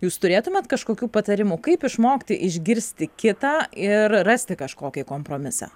jūs turėtumėt kažkokių patarimų kaip išmokti išgirsti kitą ir rasti kažkokį kompromisą